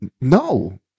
No